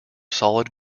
solid